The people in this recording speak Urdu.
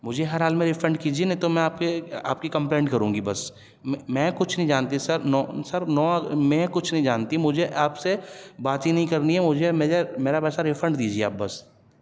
مجھے ہر حال میں ریفنڈ کیجیے نہیں تو میں آپ پہ آپ کی کمپلین کروں گی بس میں کچھ نہیں جانتی سر نو سر نو میں کچھ نہیں جانتی مجھے آپ سے بات ہی نہیں کرنی ہے مجھے مجھے میرا پیسہ ریفنڈ دیجیے آپ بس